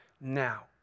now